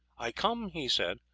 i come, he said,